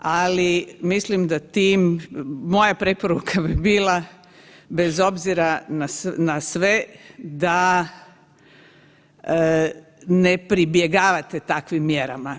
Ali mislim da tim, moja preporuka bi bila bez obzira na sve da ne pribjegavate takvim mjerama.